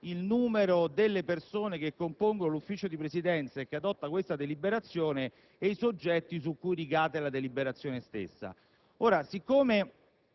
il numero delle persone che compongono il Consiglio di Presidenza e che adottano questa deliberazione e i soggetti su cui ricade la deliberazione stessa. Ora, siccome